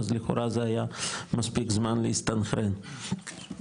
אז לכאורה זה היה מספיק זמן להסתנכרן ושאלה